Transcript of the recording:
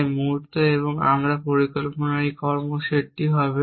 তাই মুহূর্ত আমার পরিকল্পনা এই কর্ম সেট হবে